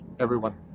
everyone.